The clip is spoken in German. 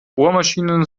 bohrmaschinen